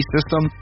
System